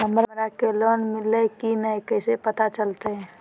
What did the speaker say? हमरा के लोन मिल्ले की न कैसे पता चलते?